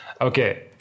okay